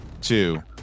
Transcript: two